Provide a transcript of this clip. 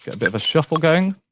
yeah a bit of a shuffle going.